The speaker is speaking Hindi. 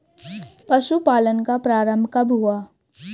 पशुपालन का प्रारंभ कब हुआ?